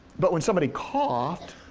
but when somebody coughed,